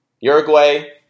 Uruguay